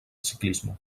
ciclisme